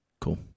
Cool